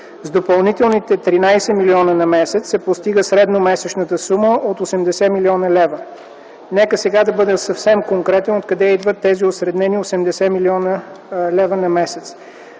С допълнителните 13 млн. лв. на месец се постига средномесечната сума от 80 млн. лв. Нека сега бъдем съвсем конкретни откъде идват тези осреднени 80 млн. лв. на месец.